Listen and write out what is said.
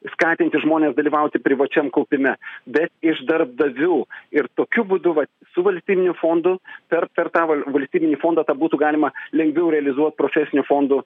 skatinti žmones dalyvauti privačiam kaupime bet iš darbdavių ir tokiu būdu vat su valstybiniu fondu per per tą val valstybinį fondą tą būtų galima lengviau realizuot profesinių fondų